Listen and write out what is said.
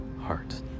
heart